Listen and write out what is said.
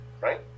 Right